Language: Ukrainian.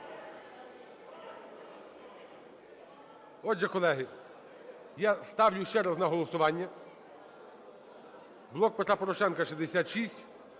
Отже, колеги, я ставлю ще раз на голосування. "Блок Петра